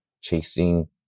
chasing